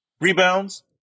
Rebounds